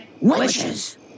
Witches